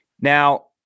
Now